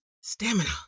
stamina